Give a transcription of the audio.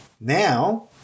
Now